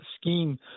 scheme